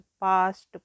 past